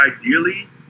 ideally